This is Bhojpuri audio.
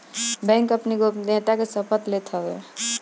बैंक अपनी गोपनीयता के शपथ लेत हवे